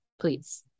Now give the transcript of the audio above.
please